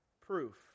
proof